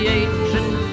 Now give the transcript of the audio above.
ancient